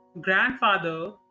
grandfather